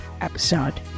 episode